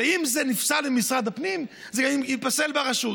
ואם זה נפסל במשרד הפנים, זה ייפסל ברשות.